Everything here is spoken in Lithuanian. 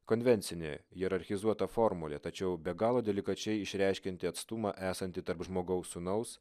konvencinė hierarchizuota formulė tačiau be galo delikačiai išreiškianti atstumą esantį tarp žmogaus sūnaus